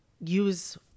use